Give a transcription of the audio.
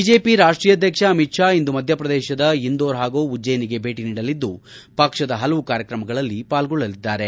BJP ರಾಷ್ಟೀಯ ಅಧ್ಯಕ್ಷ ಅಮಿತ್ ಷಾ ಇಂದು ಮಧ್ಯಪ್ರದೇಶದ ಇಂದೋರ್ ಹಾಗೂ ಉಜ್ಜಯಿನಿಗೆ ಭೇಟಿ ನೀಡಲಿದ್ದು ಪಕ್ಷದ ಹಲವು ಕಾರ್ಯಕ್ರಮಗಳಲ್ಲಿ ಪಾಲ್ಗೊಳ್ಳಲಿದ್ದಾರೆ